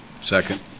second